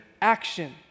action